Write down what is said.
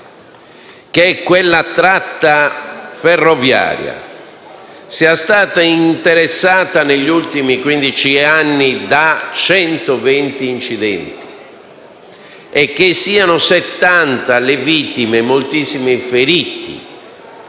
che quella tratta ferroviaria è stata interessata negli ultimi quindici anni da 120 incidenti, e che sono 70 le vittime e moltissimi i feriti